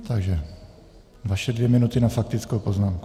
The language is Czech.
Takže vaše dvě minuty na faktickou poznámku.